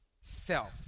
self